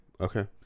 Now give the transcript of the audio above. Okay